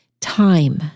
Time